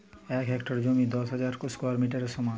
এক হেক্টর জমি দশ হাজার স্কোয়ার মিটারের সমান